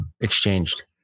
exchanged